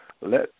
Let